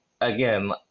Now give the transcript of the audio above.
again